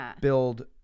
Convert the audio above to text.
build